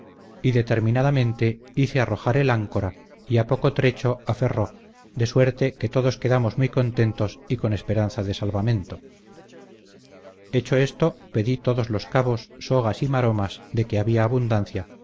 y determinadamente hice arrojar el áncora y a poco trecho aferró de suerte que todos quedamos muy contentos y con esperanza de salvamento hecho esto pedí todos los cabos sogas y maromas de que había abundancia